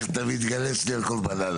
איך תמיד תיכנס לי על כל בננה.